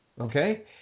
okay